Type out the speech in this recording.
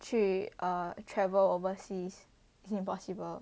去 err travel overseas it's impossible